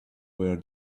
where